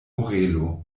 orelo